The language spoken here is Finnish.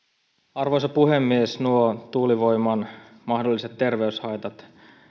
arvoisa puhemies nuo tuulivoiman mahdolliset terveyshaitat